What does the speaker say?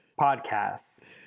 podcasts